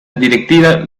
directiva